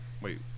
Wait